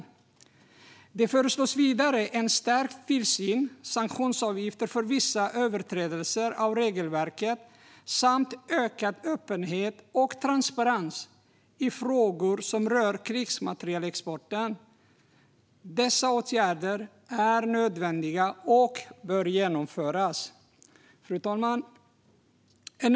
Vidare föreslås en stärkt tillsyn, sanktionsavgifter för vissa överträdelser av regelverket samt ökad öppenhet och transparens i frågor som rör krigsmaterielexporten. Dessa åtgärder är nödvändiga och bör genomföras. Fru talman!